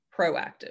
proactive